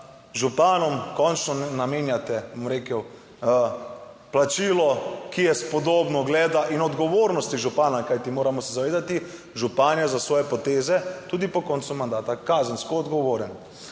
županom končno namenjate, bom rekel, plačilo, ki je spodobno, ugleda in odgovornosti župana. Kajti moramo se zavedati, župan je za svoje poteze tudi po koncu mandata kazensko odgovoren.